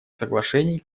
соглашений